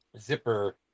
Zipper